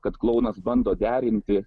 kad klounas bando derinti